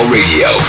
Radio